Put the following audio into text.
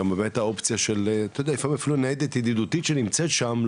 גם באמת האופציה של ניידת ידידותית שנמצאת שם,